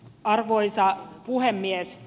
arvoisa puhemies